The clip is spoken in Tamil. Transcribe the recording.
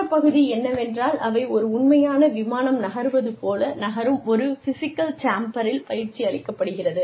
மற்ற பகுதி என்னவென்றால் அவை ஒரு உண்மையான விமானம் நகருவது போல நகரும் ஒரு பிசிக்கல் சேம்பரில் பயிற்சி அளிக்கப்படுகிறது